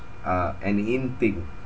are an in thing